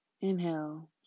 Inhale